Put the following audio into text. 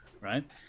right